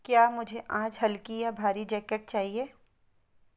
क्या मुझे आज हल्की या भारी जैकेट चाहिए